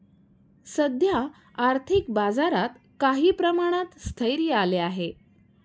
सध्या आर्थिक बाजारात काही प्रमाणात स्थैर्य आले आहे